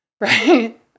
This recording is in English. Right